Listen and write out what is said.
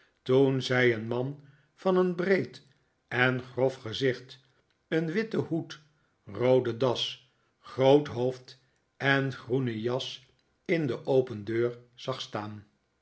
toen zij een man met een breed en grof gezicht een witten hoed roode das groot hoofd en groene jas in de open deur zag staan